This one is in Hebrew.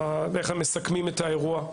מתי מסכמים את האירוע?